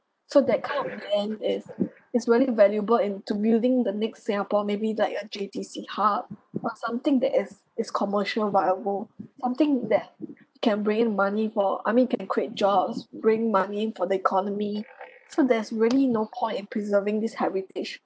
so that kind land is is really valuable in to building the next singapore maybe like a J_T_C hub but something that is is commercial viable something that can bring money for I mean can create jobs bring money for the economy so there's really no point in preserving this heritage